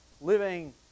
living